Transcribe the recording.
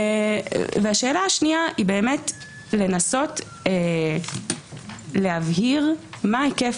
והשאלה השנייה היא לנסות להבהיר מה היקף